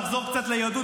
נחזור קצת ליהדות,